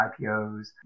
IPOs